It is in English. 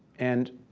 and